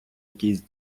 якийсь